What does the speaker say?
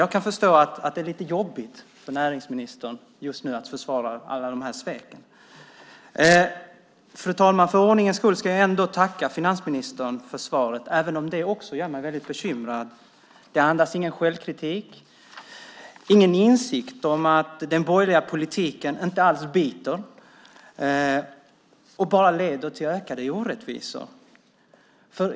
Jag kan förstå att det just nu är lite jobbigt för näringsministern att försvara alla sveken. Fru talman! För ordningens skull ska jag ändå tacka finansministern för svaret, även om det också gör mig väldigt bekymrad. Det andas ingen självkritik och ingen insikt om att den borgerliga politiken inte alls biter utan bara leder till ökade orättvisor.